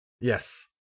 Yes